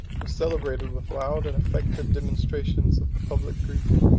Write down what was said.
was celebrated with loud and affected demonstrations of the public grief.